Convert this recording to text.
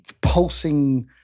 pulsing